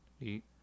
Eat